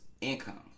income